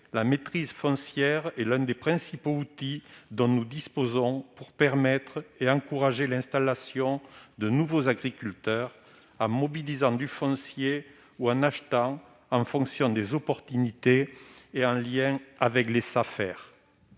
la maîtrise foncière est l'un des principaux outils dont nous disposons pour permettre et encourager l'installation de nouveaux agriculteurs, en mobilisant du foncier ou en achetant en fonction des opportunités, en lien avec les Safer.